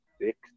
six